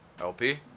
LP